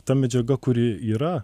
ta medžiaga kuri yra